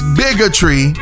bigotry